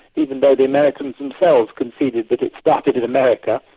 even though the americans themselves conceded that it started in america.